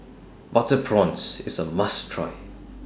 Butter Prawns IS A must Try